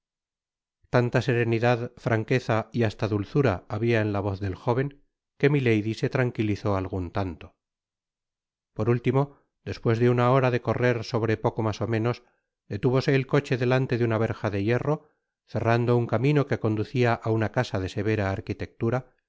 tanta serenidad franqueza y hasta dulzura habia en la voz del jóven que milady se tranquilizó algun tanto por último despues de una hora de c rrer sobre poco mas ó menos detúvose el coche delante de una verja de hierro cerrando un camino que conducia á una casa de severa arquitectura